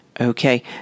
Okay